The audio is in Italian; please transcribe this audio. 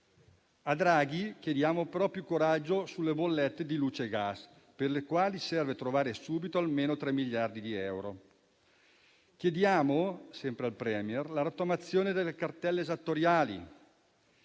A Draghi chiediamo maggiore coraggio sulle bollette di luce e gas, per le quali serve trovare subito almeno 3 miliardi di euro. Sempre al *premier*, chiediamo la rottamazione delle cartelle esattoriali;